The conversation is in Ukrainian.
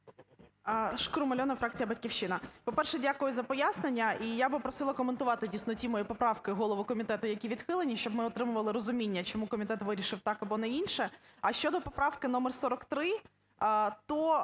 Шкрум Альона, фракція "Батьківщина". По-перше, дякую за пояснення, і я би просила коментувати, дійсно, ті мої поправки голову комітету, які відхилені, щоб ми отримували розуміння, чому комітет вирішив так або не інше. А щодо поправки номер 43, то,